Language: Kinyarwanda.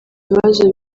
bibazo